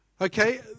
okay